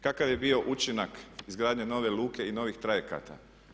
Kakav je bio učinak izgradnje nove luke i novih trajekata?